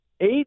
eight